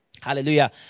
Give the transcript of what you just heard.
Hallelujah